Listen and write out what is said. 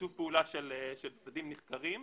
שיתוף פעולה של צדדים נחקרים.